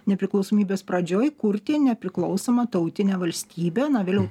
nepriklausomybės pradžioj kurti nepriklausomą tautinę valstybę vėliau